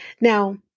Now